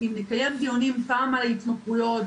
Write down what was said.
אם נקיים דיונים פעם על התמכרויות,